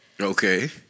Okay